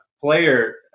player